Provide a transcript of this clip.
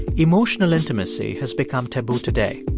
emotional intimacy has become taboo today.